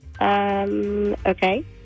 Okay